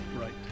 Right